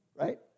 right